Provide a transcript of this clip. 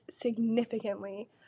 significantly